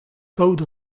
kaout